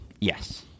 Yes